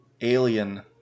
alien